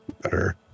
better